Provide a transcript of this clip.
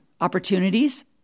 opportunities